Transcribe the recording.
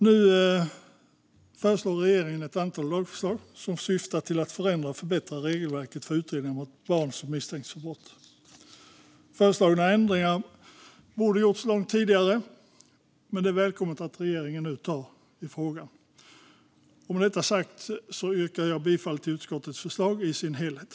Nu lägger regeringen fram ett antal lagförslag som syftar till att förändra och förbättra regelverket för utredningar mot barn som misstänks för brott. Föreslagna ändringar borde ha gjorts långt tidigare, men det är välkommet att regeringen nu tar tag i frågan. Med detta sagt yrkar jag bifall till utskottets förslag i dess helhet.